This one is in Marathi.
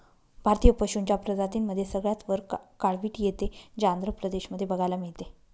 भारतीय पशूंच्या प्रजातींमध्ये सगळ्यात वर काळवीट येते, जे आंध्र प्रदेश मध्ये बघायला मिळते